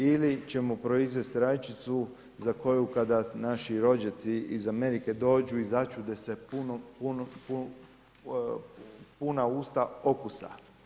Ili ćemo proizvesti rajčicu, za koju, kada naši rođaci iz Amerike dođu i začude se puna usta okusu.